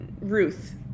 ruth